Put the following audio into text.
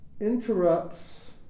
interrupts